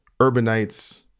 urbanites